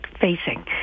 facing